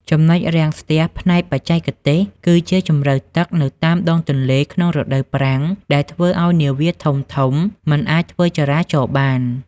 ចំណុចរាំងស្ទះផ្នែកបច្ចេកទេស គឺជម្រៅទឹកនៅតាមដងទន្លេក្នុងរដូវប្រាំង ដែលធ្វើឱ្យនាវាធំៗមិនអាចធ្វើចរាចរណ៍បាន។